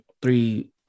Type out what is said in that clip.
three